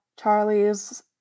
Charlie's